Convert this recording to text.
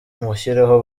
mushyireho